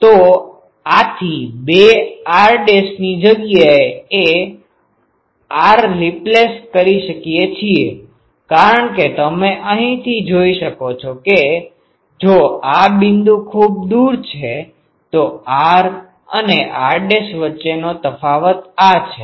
તો આ થી 2 r ડેશ ની જગ્યા એ r રિપ્લેસ કરી શકીએ છીએ કારણ કે તમે અહીંથી જોઈ શકો છો કે જો આ બિંદુ ખૂબ દૂર છે તો r અને r ડેશ વચ્ચેનો તફાવત આ છે